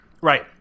Right